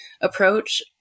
approach